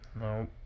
No